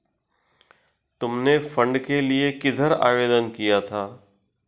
तुमने फंड के लिए किधर आवेदन किया था?